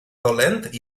dolent